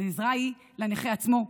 העזרה היא לנכה עצמו,